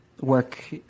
work